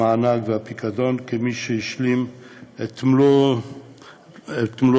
המענק והפיקדון כמי שהשלים את מלוא התקופה